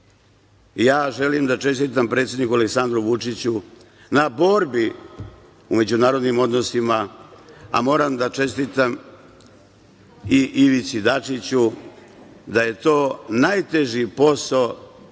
Ja želim da čestitam predsedniku Aleksandru Vučiću na borbi u međunarodnim odnosima, a moram da čestitam i Ivici Dačiću, da je to najteži posao